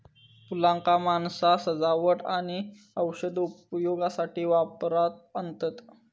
फुलांका माणसा सजावट आणि औषधी उपयोगासाठी वापरात आणतत